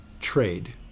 trade